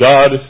God